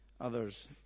others